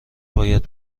باید